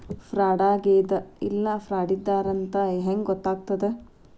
ಫ್ರಾಡಾಗೆದ ಇಲ್ಲ ಫ್ರಾಡಿದ್ದಾರಂತ್ ಹೆಂಗ್ ಗೊತ್ತಗ್ತದ?